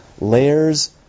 layers